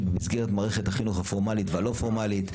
במסגרת מערכת החינוך הפורמלית והלא-פורמלית,